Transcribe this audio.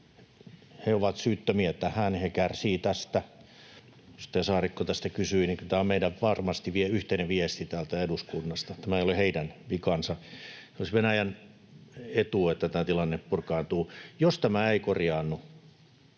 He ovat syyttömiä tähän, he kärsivät tästä. Edustaja Saarikko tästä kysyi, ja kyllä tämä on varmasti meidän yhteinen viesti täältä eduskunnasta. Tämä ei ole heidän vikansa. Olisi Venäjän etu, että tämä tilanne purkaantuu. Jos tämä ei korjaannu,